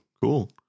Cool